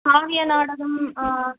காவிய நாடகம்